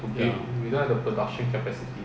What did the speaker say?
ya